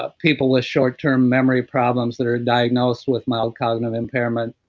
ah people with short term memory problems that are diagnosed with mild cognitive impairment,